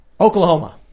oklahoma